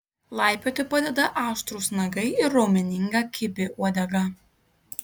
laipioti padeda aštrūs nagai ir raumeninga kibi uodega